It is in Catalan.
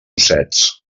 ossets